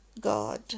God